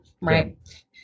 right